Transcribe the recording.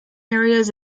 areas